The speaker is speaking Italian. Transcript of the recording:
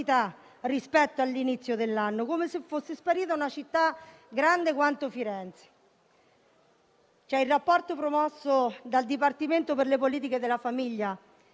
rispetto all'inizio dell'anno, come se fosse sparita una città grande quanto Firenze. Il rapporto promosso dal Dipartimento per le politiche della famiglia